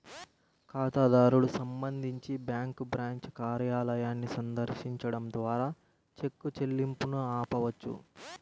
ఖాతాదారుడు సంబంధించి bank branch కార్యాలయాన్ని సందర్శించడం ద్వారా చెక్ చెల్లింపును ఆపవచ్చు